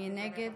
מי נגד